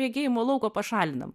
regėjimo lauko pašalinam